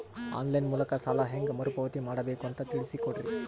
On line ಮೂಲಕ ಸಾಲ ಹೇಂಗ ಮರುಪಾವತಿ ಮಾಡಬೇಕು ಅಂತ ತಿಳಿಸ ಕೊಡರಿ?